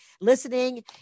listening